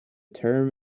term